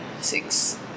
six